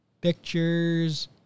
Pictures